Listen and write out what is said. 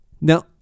Now